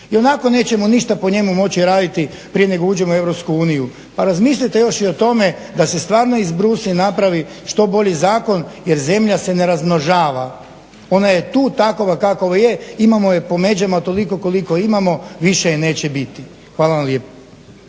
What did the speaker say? ionako nećemo ništa po njemu moći raditi prije nego uđemo u Europsku uniju. Pa razmislite još i o tome da se stvarno izbrusi i napravi što bolji zakon jer zemlja se ne razmnožava, ona je tu takova kakova je, imamo je po međama toliko koliko je imamo, više je neće biti. Hvala vam lijepo.